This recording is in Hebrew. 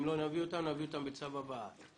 אם לא נביא אותם, נביא אותם בצו הבאה.